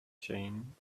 jane